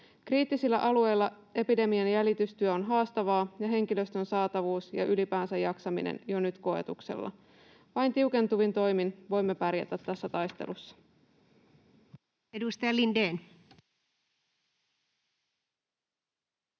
Kriittisillä alueilla epidemian jäljitystyö on haastavaa ja henkilöstön saatavuus ja ylipäänsä jaksaminen on jo nyt koetuksella. Vain tiukentuvin toimin voimme pärjätä tässä taistelussa.